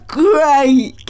great